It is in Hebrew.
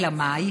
אלא מאי?